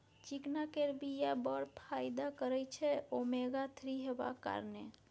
चिकना केर बीया बड़ फाइदा करय छै ओमेगा थ्री हेबाक कारणेँ